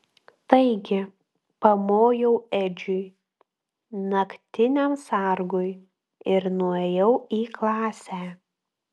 taigi pamojau edžiui naktiniam sargui ir nuėjau į klasę